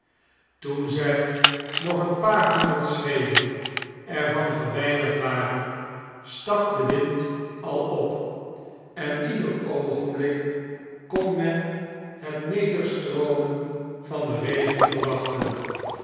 toen zij nog een paar honderd schreden er van verwijderd waren stak de wind al op en ieder oogenblik kon men het nederstroomen van den regen verwachten